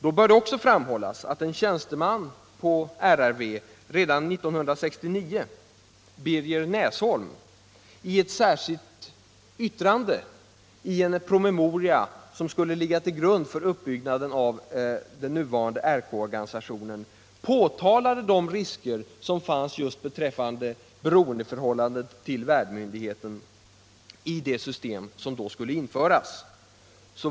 Det bör även framhållas att en tjänsteman på RRV, Birger Näsholm, redan 1969 i ett särskilt yttrande i en promemoria, som skulle ligga till grund för uppbyggnaden av den nuvarande organisationen, påtalade de risker just beträffande beroendeförhållandet till värdmyndigheten som fanns i det system som då skulle införas.